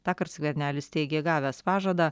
tąkart skvernelis teigė gavęs pažadą